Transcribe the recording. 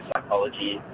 psychology